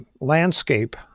landscape